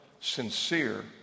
sincere